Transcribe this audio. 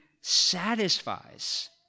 satisfies